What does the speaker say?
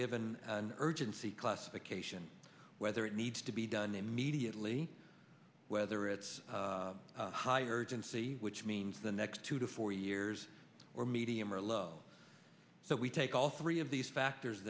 given urgency classification whether it needs to be done immediately whether it's higher density which means the next two to four years or medium or low so we take all three of these factors